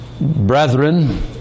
Brethren